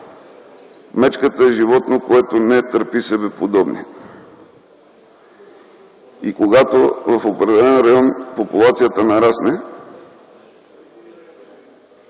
Мечката е животно, което не търпи себеподобни. Когато в определен район популацията нарасне